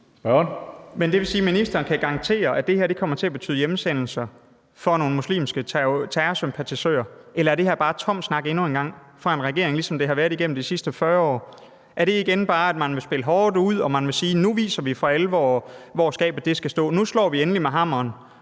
Det vil sige, at ministeren kan garantere, at det her kommer til at betyde hjemsendelser af nogle muslimske terrorsympatisører. Eller er det her bare tom snak endnu en gang fra en regering, ligesom det har været det igennem de sidste 40 år? Er det igen bare sådan, at man vil spille hårdt ud og sige, at nu viser man for alvor, hvor skabet skal stå, og at nu skal hammeren